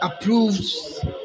approves